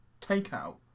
takeout